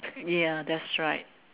ya that's right